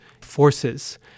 forces